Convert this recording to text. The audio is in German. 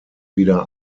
wieder